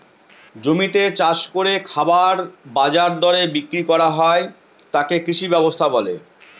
জমিতে চাষ করে খাবার বাজার দরে বিক্রি করা হয় তাকে কৃষি ব্যবস্থা বলে